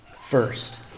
first